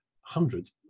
hundreds